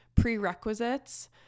prerequisites